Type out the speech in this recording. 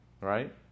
Right